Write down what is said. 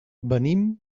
venim